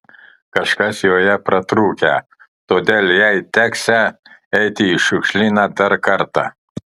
kažkas joje pratrūkę todėl jai teksią eiti į šiukšlyną dar kartą